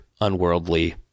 unworldly